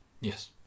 Yes